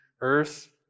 earth